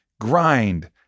grind